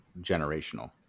generational